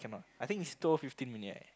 I think it's two dollar fifteen only right